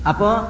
Apo